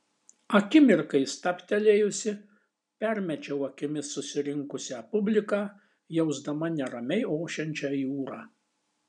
akimirkai stabtelėjusi permečiau akimis susirinkusią publiką jausdama neramiai ošiančią jūrą